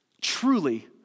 truly